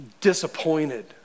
disappointed